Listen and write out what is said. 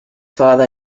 father